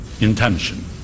intention